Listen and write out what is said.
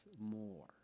more